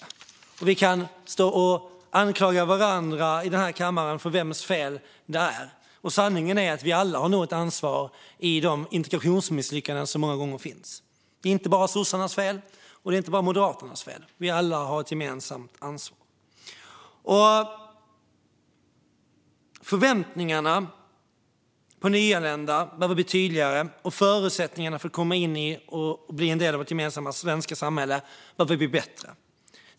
Vi i kammaren kan stå och anklaga varandra i fråga om vems felet är. Sanningen är att vi nog alla har ett ansvar för de integrationsmisslyckanden som många gånger finns. Det är inte bara sossarnas fel, och det är inte bara Moderaternas fel. Vi har alla ett gemensamt ansvar. Förväntningarna på nyanlända behöver bli tydligare, och förutsättningarna för att komma in i och bli en del av vårt svenska gemensamma samhälle behöver bli bättre.